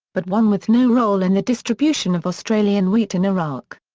but one with no role in the distribution of australian wheat in iraq.